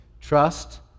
Trust